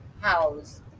house